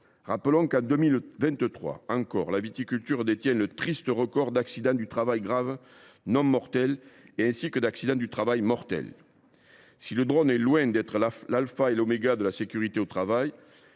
Rappelons que, en 2023 encore, la viticulture détenait le triste record d’accidents du travail graves non mortels ainsi que d’accidents du travail mortels. Si le drone est loin d’être l’alpha et l’oméga de la sécurité au travail,